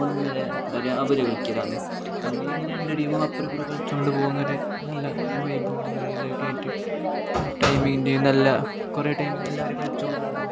ഒന്നര വരെ അവർ കളിക്കലാണ് അങ്ങനിങ്ങനെ രണ്ടു ടീമും അപ്പുറവും ഇപ്പുറവും കളിച്ചു കൊണ്ട് പോകുന്നത് നല്ല വൈബും ഇതൊക്കെ ആയിട്ട് ടൈം മെയ്ടെയ്ൻ നല്ല കുറേ ടൈം എല്ലാവരും കളിച്ചു കൊണ്ട് ഉണ്ടാകും